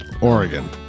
Oregon